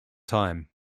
time